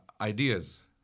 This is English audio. ideas